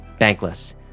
bankless